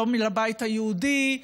יום לבית היהודי,